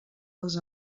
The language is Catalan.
les